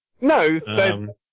No